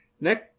next